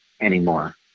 anymore